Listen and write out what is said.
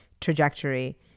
trajectory